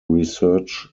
research